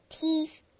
teeth